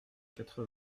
quatre